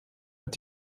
hat